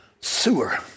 sewer